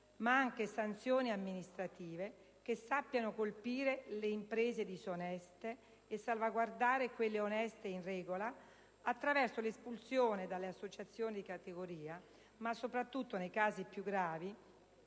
ma anche sanzioni amministrative che sappiano colpire le imprese disoneste e salvaguardare quelle oneste e in regola, attraverso l'espulsione dalle associazioni di categoria, ma soprattutto, nei casi più gravi,